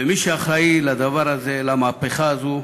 ומי שאחראי לדבר הזה, למהפכה הזאת,